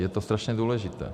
Je to strašně důležité.